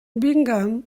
bingham